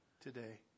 today